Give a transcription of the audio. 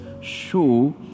show